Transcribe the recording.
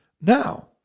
Now